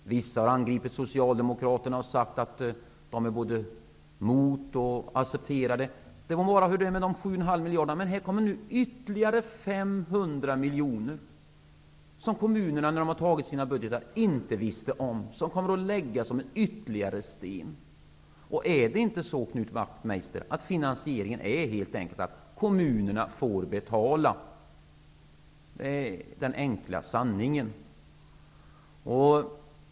Vissa har angripit Socialdemokraterna och sagt att dessa både är emot det och accepterar det. Men här kommer nu ytterligare 500 miljoner, som kommunerna inte kände till när de antog sina budgetar och som kommer att lägga ytterligare sten på börda. Är det inte så, Knut Wachtmeister, att finansieringen helt enkelt går ut på att kommunerna får betala? Det är den enkla sanningen.